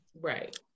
Right